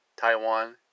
Taiwan